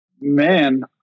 man